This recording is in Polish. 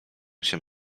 się